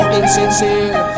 insincere